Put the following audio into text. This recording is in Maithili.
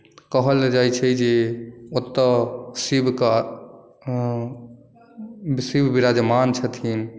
कहल जाइ छै जे ओतय शिवकऽ शिव विराजमान छथिन